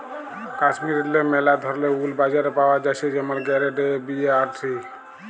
কাশ্মীরেল্লে ম্যালা ধরলের উল বাজারে পাওয়া জ্যাছে যেমল গেরেড এ, বি আর সি